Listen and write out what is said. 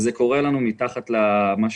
זה קורה לנו מתחת לידיים.